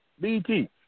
BT